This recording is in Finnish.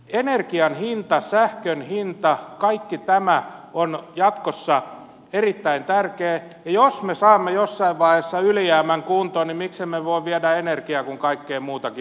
energian hinta sähkön hinta kaikki tämä on jatkossa erittäin tärkeätä ja jos me saamme jossain vaiheessa ylijäämän kuntoon niin miksemme voi viedä energiaa kun kaikkea muutakin viedään